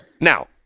Now